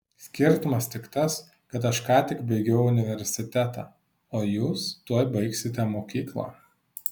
skirtumas tik tas kad aš ką tik baigiau universitetą o jūs tuoj baigsite mokyklą